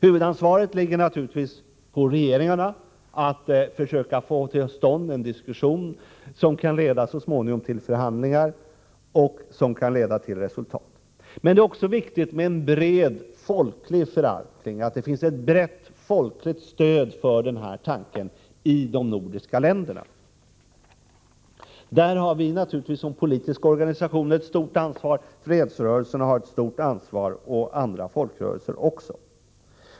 Huvudansvaret ligger naturligtvis på regeringarna att försöka få till stånd en diskussion, som så småningom kan leda till förhandlingar och till resultat. Men det är även viktigt med en bred folklig förankring och att det finns ett brett folkligt stöd för denna tanke i de nordiska länderna. Där har vi naturligtvis såsom politiska organisationer ett stort ansvar. Också fredsrörelsen och andra folkrörelser har ett stort ansvar.